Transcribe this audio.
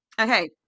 okay